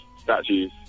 statues